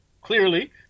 Clearly